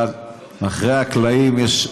אבל מאחורי הקלעים יש,